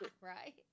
Right